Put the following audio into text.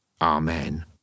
Amen